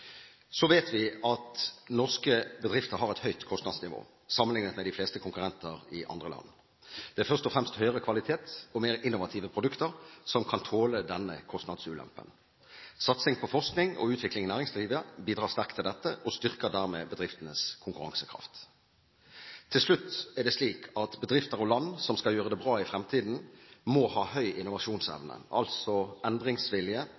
Så vet vi at norske bedrifter har et høyt kostnadsnivå sammenlignet med de fleste konkurrenter i andre land. Det er først og fremst høyere kvalitet og mer innovative produkter som kan tåle denne kostnadsulempen. Satsing på forskning og utvikling i næringslivet bidrar sterkt til dette og styrker dermed bedriftenes konkurransekraft. Til slutt er det slik at bedrifter og land som skal gjøre det bra i fremtiden, må ha høy innovasjonsevne, altså endringsvilje